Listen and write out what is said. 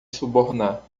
subornar